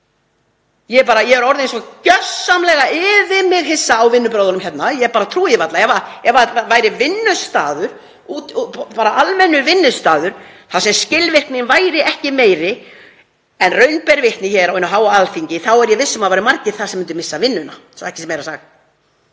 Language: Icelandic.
Ég er orðin svo gjörsamlega yfir mig hissa á vinnubrögðunum hérna, ég trúi því varla. Ef þetta væri vinnustaður, bara almennur vinnustaður þar sem skilvirkni væri ekki meiri en raun ber vitni hér á hinu háa Alþingi þá er ég viss um að það væru margir þar sem myndu missa vinnuna, svo ekki sé meira sagt.